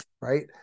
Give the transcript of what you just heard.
right